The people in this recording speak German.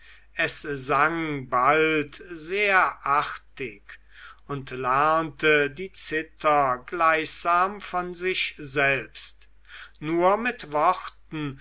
es sang bald sehr artig und lernte die zither gleichsam von sich selbst nur mit worten